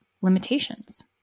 limitations